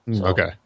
Okay